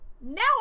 Now